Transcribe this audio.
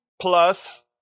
plus